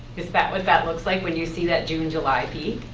is that what that looks like when you see that june, july piece?